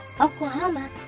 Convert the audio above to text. Oklahoma